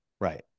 Right